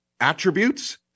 Attributes